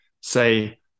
say